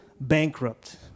bankrupt